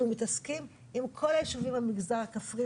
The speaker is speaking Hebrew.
אנחנו מתעסקים עם כל הישובים במגזר הכפרי.